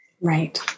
right